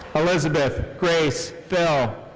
elizabeth grace thill.